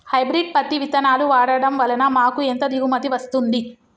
Hybrid పత్తి విత్తనాలు వాడడం వలన మాకు ఎంత దిగుమతి వస్తుంది?